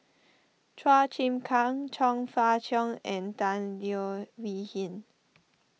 Chua Chim Kang Chong Fah Cheong and Tan Leo Wee Hin